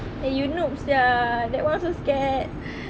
eh you noob sia that [one] also scared